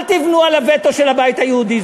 אל תבנו על הווטו של הבית היהודי,